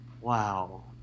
Wow